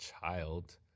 child